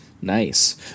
Nice